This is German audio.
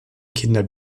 kinder